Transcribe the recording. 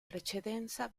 precedenza